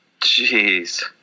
Jeez